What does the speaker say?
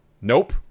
Nope